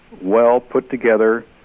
well-put-together